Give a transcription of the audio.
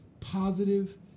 positive